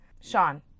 Sean